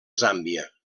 zàmbia